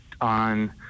on